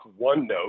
OneNote